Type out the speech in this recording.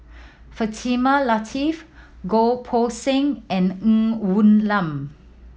Fatimah Lateef Goh Poh Seng and Ng Woon Lam